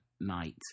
night